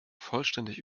vollständig